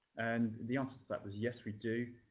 and the answer to that was, yes, we do.